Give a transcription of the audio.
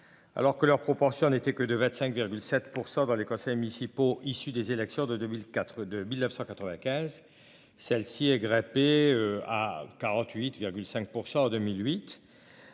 alors que leur proportion n'était que de 25,7% dans les conseils municipaux issu des élections de 2004, 2995. Celle-ci est grimpé. À 48,5% en 2008.